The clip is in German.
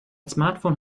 smartphone